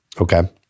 Okay